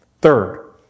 Third